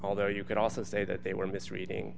although you can also say that they were mistreating